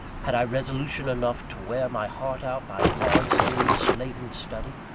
had i resolution enough to wear my heart out by hard, serious, slaving study?